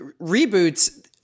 reboots